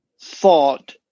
thought